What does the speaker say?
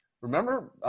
remember